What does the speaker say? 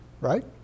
right